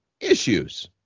issues